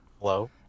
hello